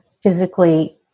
physically